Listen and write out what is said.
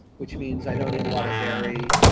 which means i don't need a lot of dairy.